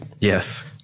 Yes